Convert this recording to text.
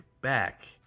back